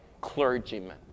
clergymen